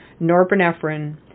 norepinephrine